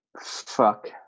Fuck